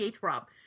Rob